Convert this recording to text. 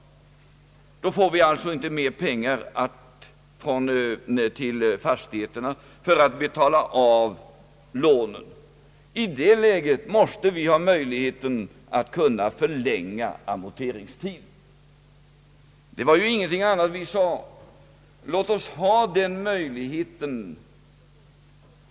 Då får vi inte mera pengar till fastigheterna för avbetalning av lånen. I det läget måste vi ha möjlighet att förlänga amorteringstiden. Vi sade ju ingenting annat än: Låt oss ha den möjligheten.